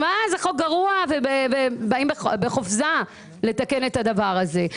שזה חוק גרוע ובאים בחופזה לתקן את הדבר הזה,